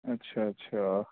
اچھا اچھا